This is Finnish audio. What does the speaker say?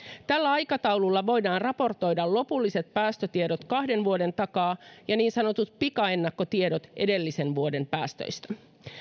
tällä aikataululla voidaan raportoida lopulliset päästötiedot kahden vuoden takaa ja niin sanotut pikaennakkotiedot edellisen vuoden päästöistä